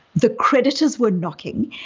the creditors were knocking,